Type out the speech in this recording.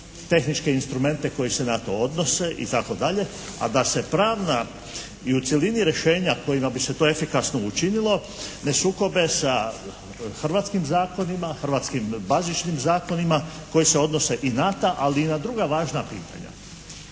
tehničke instrumente koji se na to odnose itd. a da se pravna i u cjelini rješenja kojima bi se to efikasno učinilo ne sukobe sa hrvatskim zakonima, hrvatskim bazičnim zakonima koji se odnose i na ta, ali i na druga važna pitanja.